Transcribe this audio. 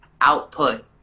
output